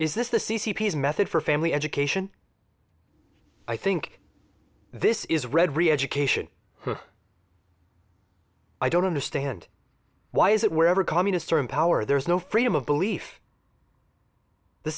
is this the c c p is method for family education i think this is red re education i don't understand why is it wherever communists are in power there is no freedom of belief the